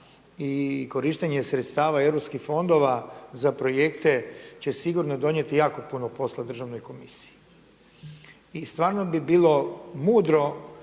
i korištenje sredstava europskih fondova za projekte će sigurno donijeti jako puno posla državnoj komisiji. I stvarno bi bilo mudro